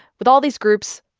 with all these groups,